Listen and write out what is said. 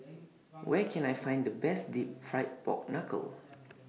Where Can I Find The Best Deep Fried Pork Knuckle